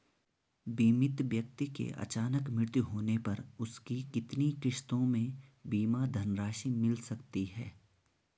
बीमित व्यक्ति के अचानक मृत्यु होने पर उसकी कितनी किश्तों में बीमा धनराशि मिल सकती है?